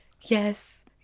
yes